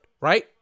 right